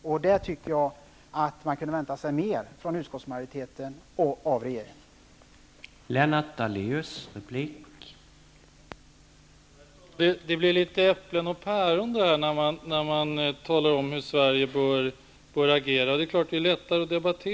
Jag tycker att man kunde vänta sig mer av utskottsmajoriteten och regeringen på den punkten.